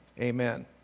Amen